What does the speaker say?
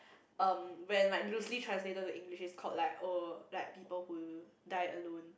um when like loosely translated to English is called like oh like people who die alone